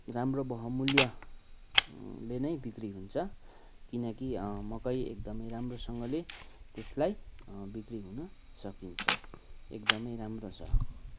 राम्रो बहुमूल्यले नै बिक्री हुन्छ किनकि मकै एकदमै राम्रोसँगले त्यसलाई बिक्री हुन सकिन्छ एकदमै राम्रो छ